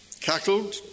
cackled